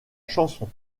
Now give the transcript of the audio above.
chanson